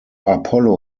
apollo